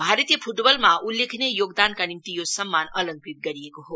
भारतीय फुटबलमा उल्लेखनीय योगदानका निम्ति यो सम्मान अलांकृत गरिएको हो